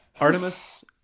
Artemis